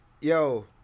yo